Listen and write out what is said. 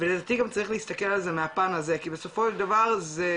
לדעתי גם צריך להסתכל על זה גם מהפן הזה כי בסופו של דבר באמת